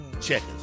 Checkers